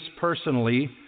personally